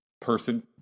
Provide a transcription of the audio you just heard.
person